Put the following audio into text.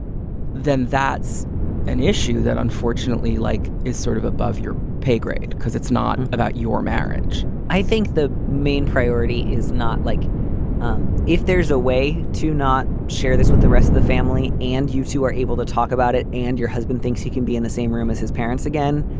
then that's an issue that unfortunately like is sort of above your pay grade because it's not about your marriage i think the main priority is not like um if there's a way to not share this with the rest of the family. and you, too are able to talk about it and your husband thinks he can be in the same room as his parents again.